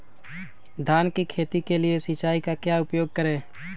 धान की खेती के लिए सिंचाई का क्या उपयोग करें?